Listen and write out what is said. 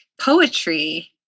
poetry